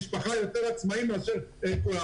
יש לה גם במשפחה יותר עצמאים מאשר --- כולם עצמאים.